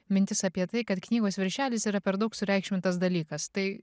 mintis apie tai kad knygos viršelis yra per daug sureikšmintas dalykas tai